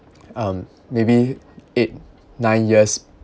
um maybe eight nine years